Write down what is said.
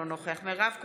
אינו נוכח מירב כהן,